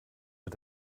mit